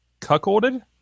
Cuckolded